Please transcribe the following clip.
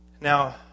Now